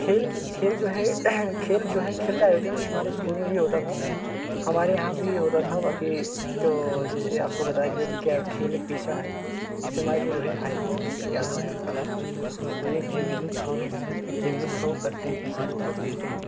खेल खेल जो है खेल जो है खेल का आयोजन भी हमारे स्कूल में भी होता था हमारे यहाँ भी होता था बाकी जो जैसे आपको बता दिया क्या खेल एक पेशा है जैसे हमारे जो रोहित भाई है रोहित यादव है उनका नाम तो एक जैवलिन थ्रो भी है जैवलिन थ्रो करते हैं जैवलिन थ्रो फेंकते हैं